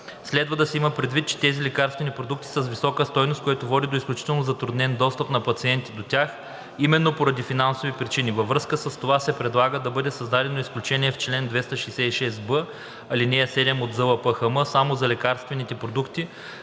Следва да се има предвид, че тези лекарствени продукти са с висока стойност, което води до изключително затруднен достъп на пациентите до тях именно поради финансови причини. Във връзка с това се предлага да бъде създадено изключение в чл. 266б, ал. 7 от ЗЛПХМ само за лекарствените продукти,